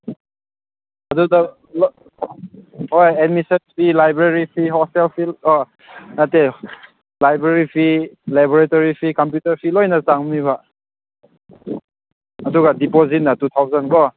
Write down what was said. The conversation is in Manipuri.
ꯑꯗꯨꯗ ꯍꯣꯏ admission fee library fee hostel fee ꯅꯠꯇꯦ library fee laboratory fee computer fee ꯂꯣꯏꯅ ꯆꯥꯎꯅꯤꯕ ꯑꯗꯨꯒ ꯗꯤꯄꯣꯖꯤꯠꯅ ꯇꯨ ꯊꯥꯎꯖꯟꯀꯣ